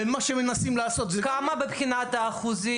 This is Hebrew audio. ומה שהם מנסים לעשות --- כמה מבחינת אחוזים,